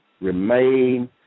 remain